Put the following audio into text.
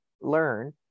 learn